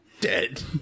Dead